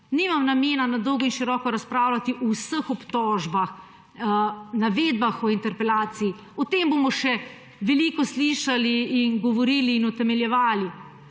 nimam namena na dolgo in široko razpravljati o vseh obtožbah, navedbah v interpelaciji, o tem bomo še veliko slišali in govorili in utemeljevali.